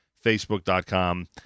Facebook.com